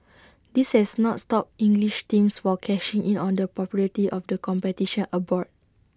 this has not stopped English teams for cashing in on the popularity of the competition abroad